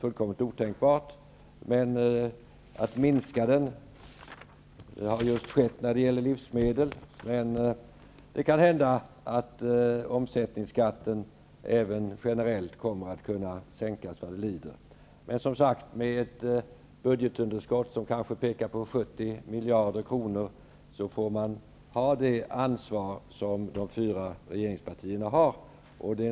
Det har däremot nyss skett en minskning när det gäller livsmedel. Kanhända kommer omsättningsskatten även generellt att sänkas framöver. Med ett budgetunderskott som pekar mot ca 70 miljarder kronor får man visa precis det ansvar som de fyra regeringspartierna visar.